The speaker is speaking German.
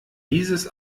dieses